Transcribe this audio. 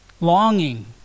longing